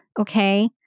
Okay